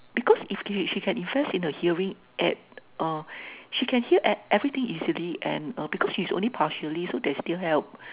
because if she can invest in her hearing add uh she can hear everything easily and because she's only partially so there's still help